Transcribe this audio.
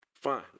fine